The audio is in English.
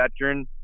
veteran